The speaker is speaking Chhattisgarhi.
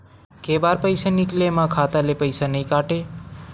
के बार पईसा निकले मा खाता ले पईसा नई काटे?